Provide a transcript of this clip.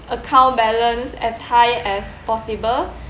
account balance as high as possible